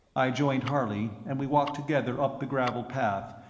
i joined harley, and we walked together up the gravelled path,